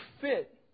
fit